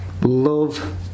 love